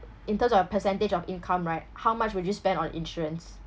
in terms your percentage of income right how much would you spend on insurance